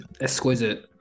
Exquisite